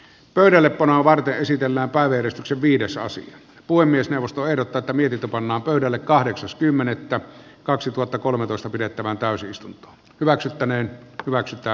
pöydällepanoa varten esitellään kaveristasi viidesosa puhemiesneuvosto ehdottaa tamirita pannaan pöydälle kahdeksas kymmenettä kaksituhattakolmetoista pidettävään täysistunto hyväksyttäneen hyväksytä